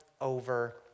over